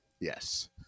yes